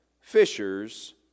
fishers